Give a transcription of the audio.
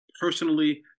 personally